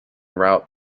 route